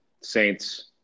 Saints